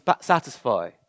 satisfy